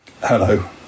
Hello